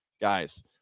Guys